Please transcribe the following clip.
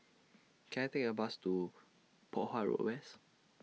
Can I Take A Bus to Poh Huat Road West